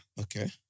Okay